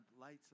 light's